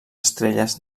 estrelles